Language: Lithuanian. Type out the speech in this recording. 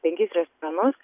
penkis restoranus